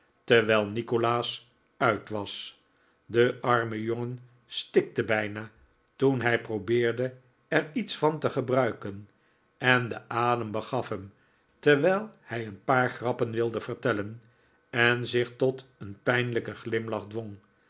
terwijl nikolaas uit was de arme jongen stikte bijna toen hij probeerde er iets van te gebruiken en de adem begaf hem terwijl hij een paar grappen wilde vertellen en zich tot een pijnlijken glimlach dwong